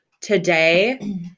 today